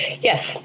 Yes